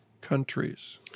countries